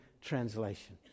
translation